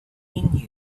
knew